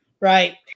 right